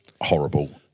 horrible